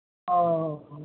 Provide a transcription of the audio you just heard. ਹਾਂ